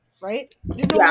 right